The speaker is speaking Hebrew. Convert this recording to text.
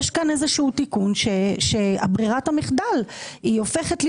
יש כאן תיקון שמציע כי ברירת המחדל תהפוך להיות